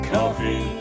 Coffee